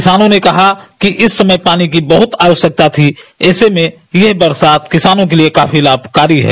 किसानों ने कहा कि इसमें पानी की बहुत आवश्यकता थी ऐसे में यह बरसात किसानों के लिए काफी लाभकारी है